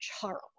Charles